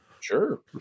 Sure